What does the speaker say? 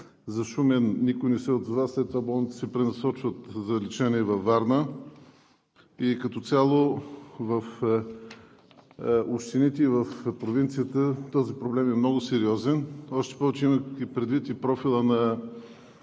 За Шумен никой не се отзова. След това болните се пренасочват за лечение във Варна. Като цяло, в общините в провинцията, този проблем е много сериозен, още повече, имайки предвид и профила на